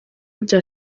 bya